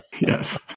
Yes